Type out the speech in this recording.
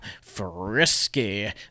frisky